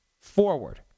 forward